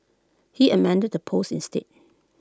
he amended the post instead